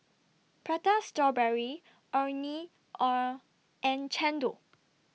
Prata Strawberry Orh Nee Are and Chendol